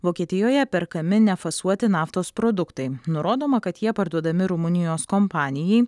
vokietijoje perkami nefasuoti naftos produktai nurodoma kad jie parduodami rumunijos kompanijai